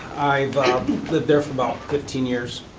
i've lived there for about fifteen years.